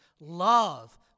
love